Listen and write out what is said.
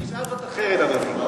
אני אשאל זאת אחרת, אדוני.